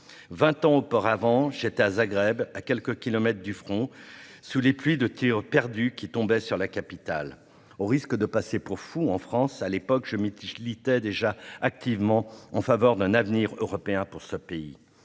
ans auparavant, j'étais à Zagreb, à quelques kilomètres du front, sous les pluies de tirs perdus qui tombaient sur la capitale. Au risque de passer pour un fou en France, je militais déjà activement en faveur d'un avenir européen pour ce pays.